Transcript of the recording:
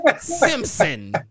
Simpson